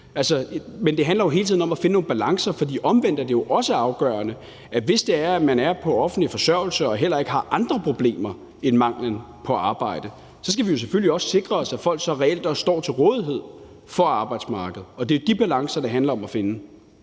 Men det handler hele tiden om at finde nogle balancer, for omvendt er det jo også afgørende, at vi, hvis man er på offentlig forsørgelse og ikke har andre problemer end manglen på arbejde, så selvfølgelig også skal sikre os, at folk også reelt står til rådighed for arbejdsmarkedet, og det er de balancer, det handler om at finde.